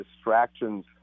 distractions